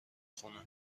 خونه